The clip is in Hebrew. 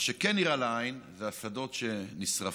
מה שכן נראה לעין זה השדות שנשרפים,